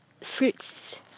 fruits